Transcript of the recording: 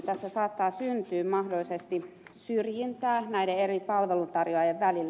tässä saattaa syntyä mahdollisesti syrjintää näiden eri palveluntarjoajien välille